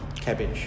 cabbage